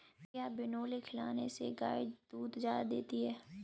क्या बिनोले खिलाने से गाय दूध ज्यादा देती है?